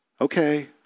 Okay